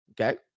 okay